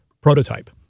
prototype